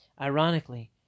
Ironically